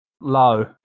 Low